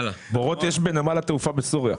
בורות יש בנמל התעופה בסוריה.